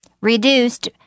reduced